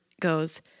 goes